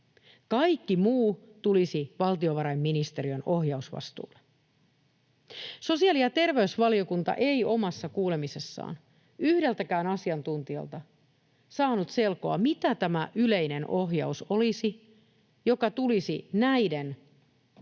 Kaikki muu tulisi valtiovarainministeriön ohjausvastuulle. Sosiaali‑ ja terveysvaliokunta ei omassa kuulemisessaan yhdeltäkään asiantuntijalta saanut selkoa, mitä tämä yleinen ohjaus olisi, joka tulisi näiden tekstien